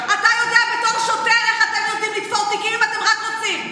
אתה יודע בתור שוטר איך אתם יודעים לתפור תיקים אם אתם רק רוצים.